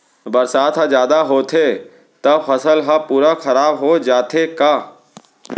बरसात ह जादा होथे त फसल ह का पूरा खराब हो जाथे का?